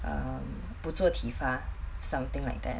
um 不做体罚 something like that